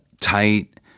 tight